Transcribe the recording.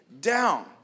down